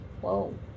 whoa